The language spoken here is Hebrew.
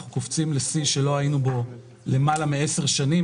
אנחנו קופצים לשיא שלא היינו בו למעלה מ-10 שנים,